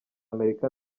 amerika